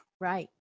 Right